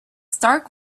stark